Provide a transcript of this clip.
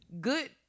good